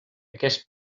aquest